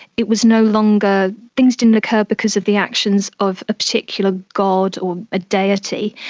it was no longer, things didn't occur because of the actions of a particular god or a deity,